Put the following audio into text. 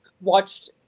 watched